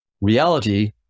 reality